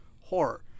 horror